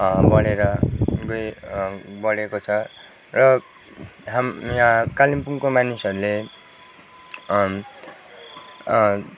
बडेर गए बडेको छ र हाम यहाँ कालिम्पोङको मानिसहरूले